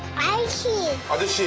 i see others.